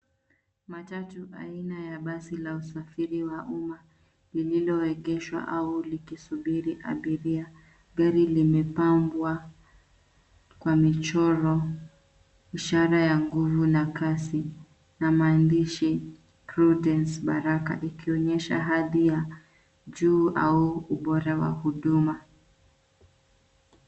Matatu aina ya basi la usafiri wa umma lililoegeshwa au likisubiri abiria. Gari limepambwa kwa michoro, ishara ya nguvu na kasi, na maandishi cs[Prudence Baraka]cs ikionyesha hadhi ya juu au ubora wa huduma.